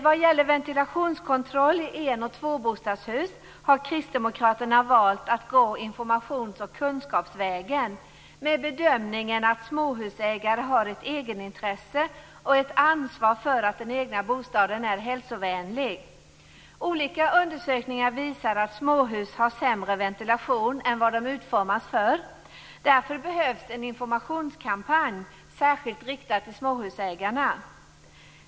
Vad gäller ventilationskontroll i en och tvåbostadshus har kristdemokraterna valt att gå informations och kunskapsvägen efter bedömningen att småhusägare har ett egenintresse och ett ansvar för att den egna bostaden är hälsovänlig. Olika undersökningar visar att småhus har sämre ventilation än vad de utformats för. Därför behövs en informationskampanj särskilt riktad till småhusägarna.